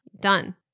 done